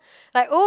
like !oop!